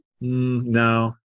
No